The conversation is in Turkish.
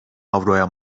avroya